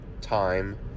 time